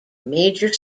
major